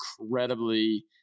incredibly